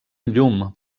llum